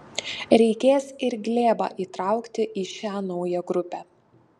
reikės ir glėbą įtraukti į šią naują grupę